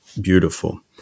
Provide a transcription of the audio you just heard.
beautiful